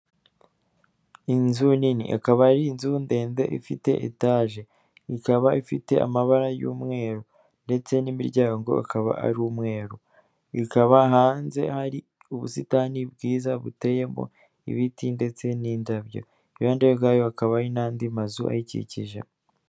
Inzu nini akaba ari inzu ndende ifite etaje, ikaba ifite amabara y'umweru ndetse n'imiryango ikaba ari umweru. Ikaba hanze hari ubusitani bwiza buteyemo ibiti ndetse n'indabyo, iruhande rwayo hakaba n'andi mazu ayikikije.